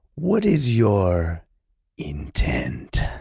what is your intent?